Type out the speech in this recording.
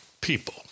people